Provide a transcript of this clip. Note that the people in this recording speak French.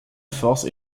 force